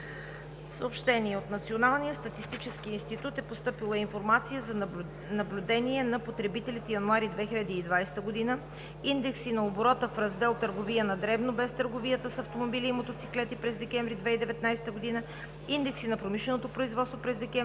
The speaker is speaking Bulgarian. Съобщения: От Националния статистически институт е постъпила информация за наблюдение на потребителите – януари 2020 г.; индекси на оборота в раздел „Търговия на дребно без търговията с автомобили и мотоциклети“ през месец декември 2019 г.; индекси на промишленото производство през месец